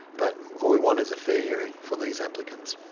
but we want is a fair hearing for these applicants.